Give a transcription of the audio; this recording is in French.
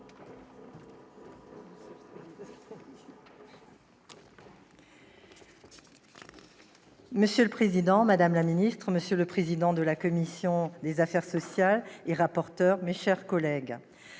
Monsieur le président, madame la ministre, monsieur le président de la commission des affaires sociales, mes chers collègues,